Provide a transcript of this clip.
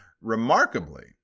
Remarkably